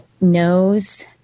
knows